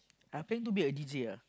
I planning to be a D_J ah